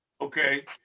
Okay